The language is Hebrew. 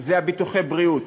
ביטוחי הבריאות.